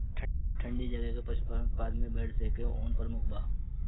ठंडी जगह के पशुपालन उत्पाद में भेड़ स के ऊन प्रमुख बा